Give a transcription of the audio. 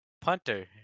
punter